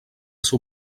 seu